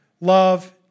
Love